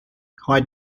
high